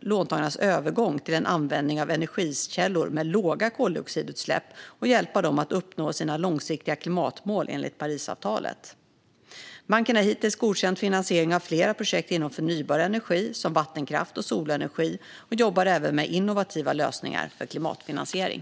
låntagarnas övergång till en användning av energikällor med låga koldioxidutsläpp och hjälpa dem att uppnå sina långsiktiga klimatmål enligt Parisavtalet. Banken har hittills godkänt finansiering av flera projekt inom förnybar energi, som vattenkraft och solenergi, och jobbar även med innovativa lösningar för klimatfinansiering.